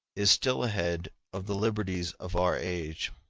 is still ahead of the liberties of our age.